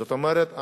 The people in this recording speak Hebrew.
זאת אומרת,